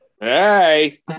Hey